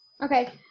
Okay